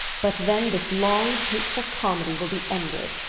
but then this long, hateful comedy will be ended.